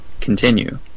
continue